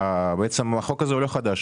בעצם החוק הזה הוא לא חדש,